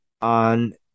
on